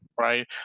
right